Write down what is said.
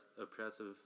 oppressive